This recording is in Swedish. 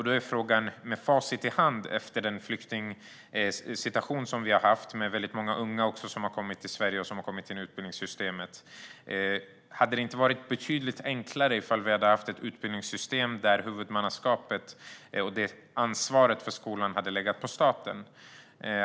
Då är frågan, med facit i hand efter den flyktingsituation som vi har haft med väldigt många unga som har kommit till Sverige och kommit in i utbildningssystemet, om det inte hade varit betydligt enklare om vi hade haft ett utbildningssystem där huvudmannaskapet och ansvaret för skolan hade legat på staten.